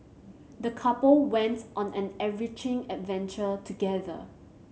the couple went on an enriching adventure together